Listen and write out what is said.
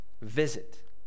Visit